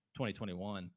2021